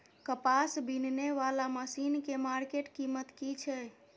कपास बीनने वाला मसीन के मार्केट कीमत की छै?